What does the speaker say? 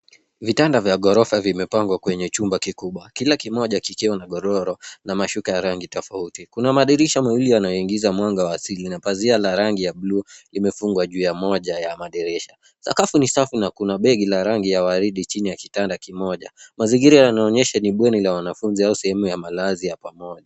Vitanda vya ghorofa vimepangwa kwenye chumba kikubwa. Kila kimoja kikiwa na godoro na mashuka ya rangi tofauti. Kuna madirisha mawili yanayo ingiza mwanga wa asili na pazia la rangi ya bluu imefungwa juu ya moja ya madirisha. Sakafu ni safi na kuna begi la rangi ya waridi chini ya kitanda kimoja. Mazingira yanaonyesha ni bweni la wanafunzi au sehemu ya Malazi ya pamoja.